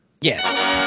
yes